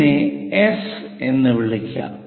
ഇതിനെ എസ് എന്ന് വിളിക്കാം